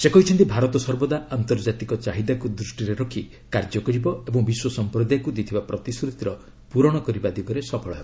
ସେ କହିଛନ୍ତି ଭାରତ ସର୍ବଦା ଆନ୍ତର୍ଜାତିକ ଚାହିଦାକୁ ଦୂଷ୍ଟିରେ ରଖି କାର୍ଯ୍ୟ କରିବ ଓ ବିଶ୍ୱ ସମ୍ପ୍ରଦାୟକୁ ଦେଇଥିବା ପ୍ରତିଶ୍ରତିର ପୂରଣ ଦିଗରେ ସଫଳ ହେବ